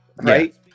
right